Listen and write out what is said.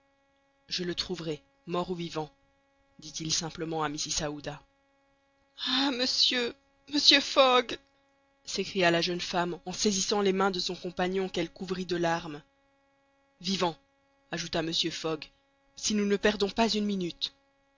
je le retrouverai mort ou vivant dit-il simplement à mrs aouda ah monsieur monsieur fogg s'écria la jeune femme en saisissant les mains de son compagnon qu'elle couvrit de larmes vivant ajouta mr fogg si nous ne perdons pas une minute